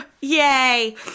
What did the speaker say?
Yay